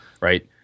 right